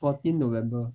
fourteen november